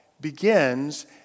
begins